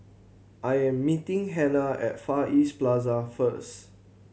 I am meeting Hanna at Far East Plaza first